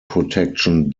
protection